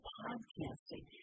podcasting